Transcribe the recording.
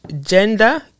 gender